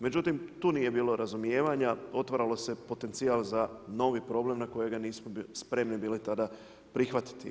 Međutim, tu nije bilo razumijevanja, otvaralo se potencijal za novi problem, na kojega nismo bili spremni bili tada prihvatiti.